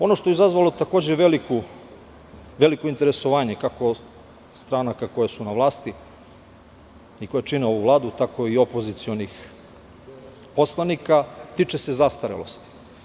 Ono što je takođe izazvalo veliko interesovanje, kako stranaka koje su na vlasti i koje čine ovu Vladu, tako i opozicionih poslanika, tiče se zastarelosti.